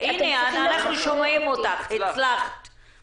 בשלב הראשון קיבלו 70% ובעדכון של חזור המנכ"ל האחרון עלו